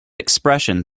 expression